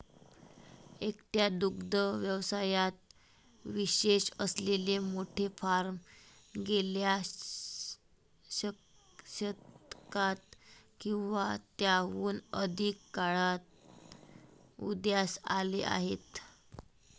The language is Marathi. एकट्या दुग्ध व्यवसायात विशेष असलेले मोठे फार्म गेल्या शतकात किंवा त्याहून अधिक काळात उदयास आले आहेत